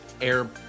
air